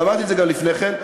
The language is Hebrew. ואמרתי את זה גם לפני כן,